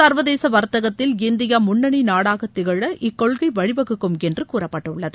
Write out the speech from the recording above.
சர்வதேச வர்த்தகத்தில் இந்தியா முன்னணி நாடாக திகழ இக்கொள்கை வழிவகுக்கும் என்று கூறப்பட்டுள்ளது